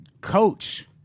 coach